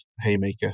haymaker